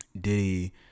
Diddy